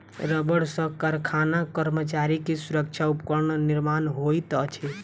रबड़ सॅ कारखाना कर्मचारी के सुरक्षा उपकरण निर्माण होइत अछि